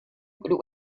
would